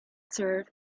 turf